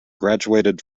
graduated